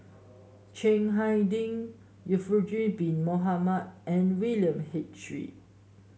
Chiang Hai Ding Zulkifli Bin Mohamed and William H Read